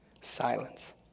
Silence